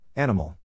Animal